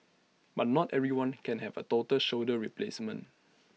but not everyone can have A total shoulder replacement